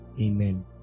amen